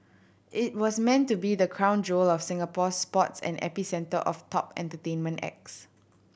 it was meant to be the crown jewel of Singapore sports and epicentre of top entertainment acts